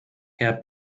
herr